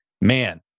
man